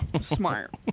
Smart